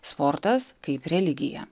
sportas kaip religija